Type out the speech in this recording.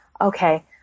okay